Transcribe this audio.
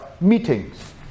meetings